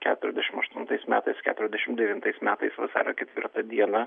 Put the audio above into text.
keturiasdešim aštuntais metais keturiasdešim devintais metais vasario ketvirtą dieną